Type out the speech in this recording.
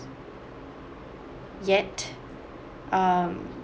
yet um